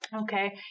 Okay